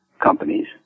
companies